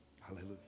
Hallelujah